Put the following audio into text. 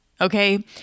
okay